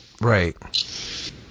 Right